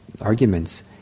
arguments